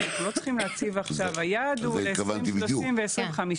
היעד הוא ל-2030 ול-2050.